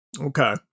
Okay